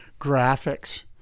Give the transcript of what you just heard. graphics